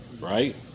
right